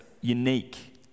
unique